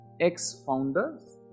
ex-founders